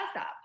up